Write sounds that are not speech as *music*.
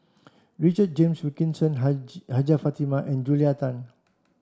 Richard James Wilkinson *unintelligible* Hajjah Fatimah and Julia Tan